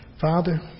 Father